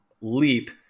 leap